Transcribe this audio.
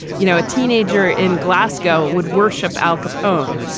you know, a teenager in glasgow would worship al capone.